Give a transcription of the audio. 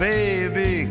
Baby